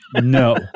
No